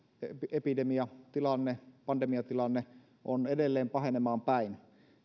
epidemiatilanne pandemiatilanne on edelleen pahenemaan päin